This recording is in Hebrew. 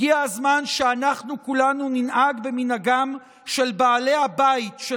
הגיע הזמן שאנחנו כולנו ננהג במנהגם של בעלי הבית של